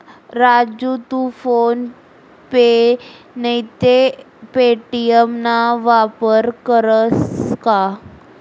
राजू तू PhonePe नैते Paytm ना वापर करस का?